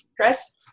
Chris